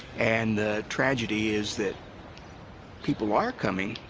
and the tragedy is that people are coming,